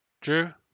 Drew